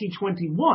2021